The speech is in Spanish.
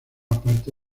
parte